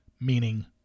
meaning